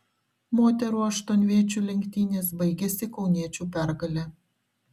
moterų aštuonviečių lenktynės baigėsi kauniečių pergale